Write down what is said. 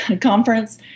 conference